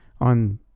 on